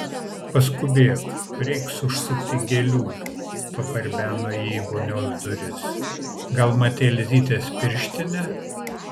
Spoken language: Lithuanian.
paskubėk reiks užsukti gėlių pabarbeno ji į vonios duris gal matei elzytės pirštinę